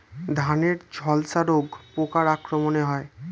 ধানের ঝলসা রোগ পোকার আক্রমণে হয়?